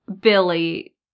Billy